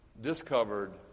discovered